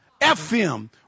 FM